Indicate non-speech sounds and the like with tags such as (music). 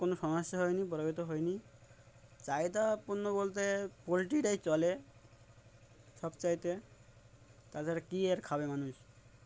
কোনো সমস্যা হয়নি (unintelligible) হয়নি চাহিদা পূর্ণ বলতে পোলট্রিটাই চলে সব চাইতে তাছাড়া কী এর খাবে মানুষ